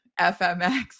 FMX